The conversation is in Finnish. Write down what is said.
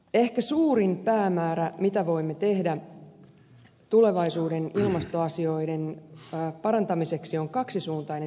ehkä suurin päämäärä mitä voimme tehdä tulevaisuuden ilmastoasioiden parantamiseksi on kaksisuuntainen sähköverkko